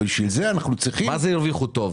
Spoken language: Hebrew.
מה זה "הרוויחו טוב"?